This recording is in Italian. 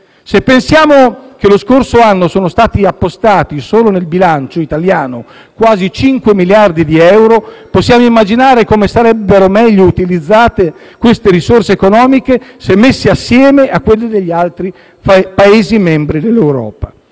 Se pensiamo che lo scorso anno sono stati appostati, solo nel bilancio italiano, quasi 5 miliardi di euro, possiamo immaginare come sarebbero meglio utilizzate queste risorse economiche se messe assieme a quelle degli altri Paesi membri dell'Europa.